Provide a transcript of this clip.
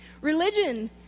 Religion